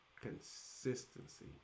consistency